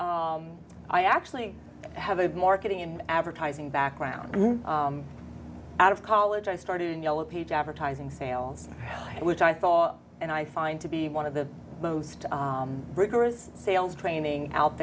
i actually have a marketing and advertising background out of college i started in yellow peach advertising sales which i thought and i find to be one of the most rigorous sales training out